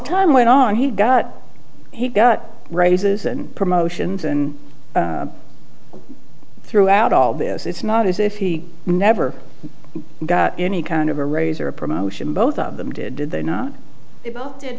time went on he got he got rises and promotions and throughout all this it's not as if he never got any kind of a raise or promotion both of them did did they not they both did